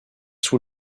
sous